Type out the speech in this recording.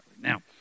Now